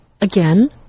again